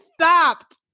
stopped